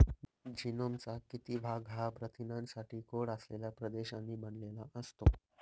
जीनोमचा किती भाग हा प्रथिनांसाठी कोड असलेल्या प्रदेशांनी बनलेला असतो?